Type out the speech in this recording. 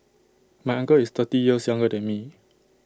my uncle is thirty years younger than me